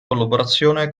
collaborazione